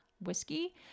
whiskey